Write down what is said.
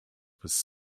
was